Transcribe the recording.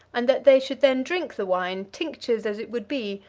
and that they should then drink the wine, tinctured, as it would be,